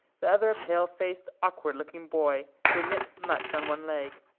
the other a pale-faced, awkward-looking boy, who limped much on one leg.